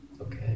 Okay